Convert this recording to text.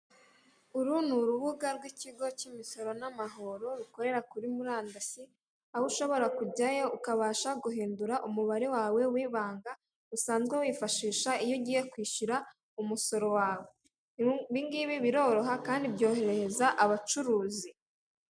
Uru ni urubuga rw'ikigo cy'imisoro n'amahoro, rukorera kuri murandasi, aho ushobora kujyayo ukabasha guhindura umubare wawe w'ibanga usanzwe wifashisha iyo ugiye kwishyura umusoro wawe. Ibingibi biroroha, kandi byorohereza abacuruzi.